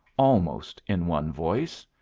almost in one voice.